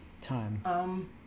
time